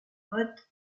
mothe